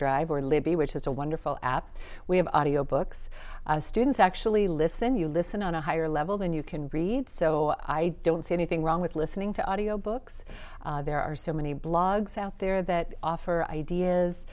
overdrive or libby which is a wonderful app we have audio books students actually listen you listen on a higher level than you can read so i don't see anything wrong with listening to audio books there are so many blogs out there that offer ideas